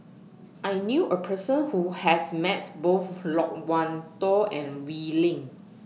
I knew A Person Who has Met Both Loke Wan Tho and Wee Lin